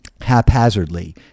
haphazardly